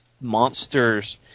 monsters